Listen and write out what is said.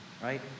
right